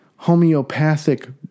Homeopathic